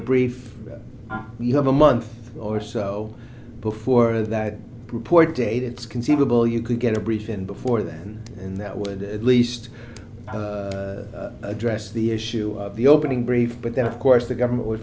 brief you have a month or so before that report date it's conceivable you could get a briefing before then and that would at least address the issue of the opening brief but then of course the government w